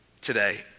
Today